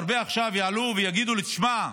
הרבה עכשיו יעלו ויגידו לי: שמע,